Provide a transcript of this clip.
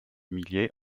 milliers